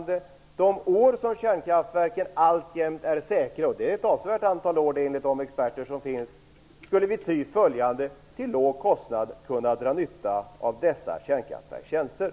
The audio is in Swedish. De år som kärnkraftverken alltjämt är säkra - och det är ett avsevärt antal år enligt de experter som finns - skulle vi ty följande kunna dra nytta av dessa kärnkraftsverks tjänster.